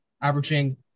averaging